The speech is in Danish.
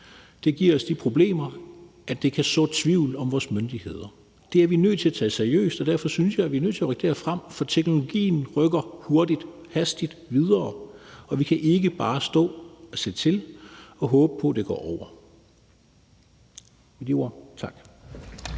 Det giver os de problemer, at det kan så tvivl om vores myndigheder. Det er vi nødt til at tage seriøst, og derfor synes jeg, at vi er nødt til at rykke det her frem, for teknologien rykker hurtigt, hastigt videre, og vi kan ikke bare stå og se til og håbe på, at det går over. Med de ord